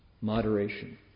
moderation